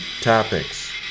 topics